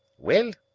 well,